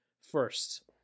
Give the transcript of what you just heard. first